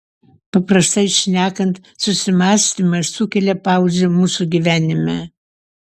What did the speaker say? paprastai šnekant susimąstymas sukelia pauzę mūsų gyvenime